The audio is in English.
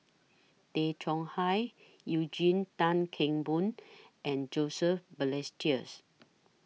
Tay Chong Hai Eugene Tan Kheng Boon and Joseph Balestier